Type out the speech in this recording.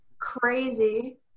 crazy